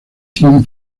teen